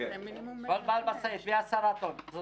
כל בעל משאית מ-10 טון.